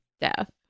death